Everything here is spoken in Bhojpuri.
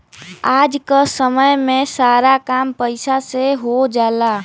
आज क समय में सारा काम पईसा से हो जाला